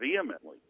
vehemently